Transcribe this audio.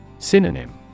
Synonym